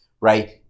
Right